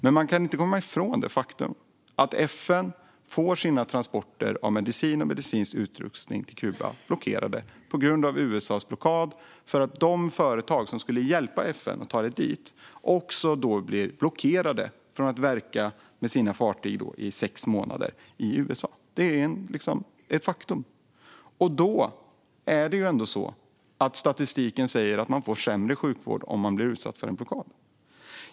Men man kan inte komma ifrån det faktum att FN får sina transporter av medicin och medicinsk utrustning till Kuba blockerade på grund av USA:s blockad, eftersom de företag som skulle hjälpa FN att ta dit medicinen och utrustningen också blir blockerade i sex månader från att verka med sina fartyg i USA. Det är ett faktum, och det är ändå så att statistiken säger att man får sämre sjukvård om man blir utsatt för en blockad.